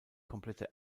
komplette